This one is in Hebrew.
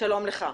שלום לך.